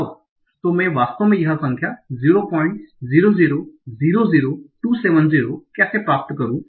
अब तो मैं वास्तव में यह संख्या 00000270 कैसे प्राप्त करूं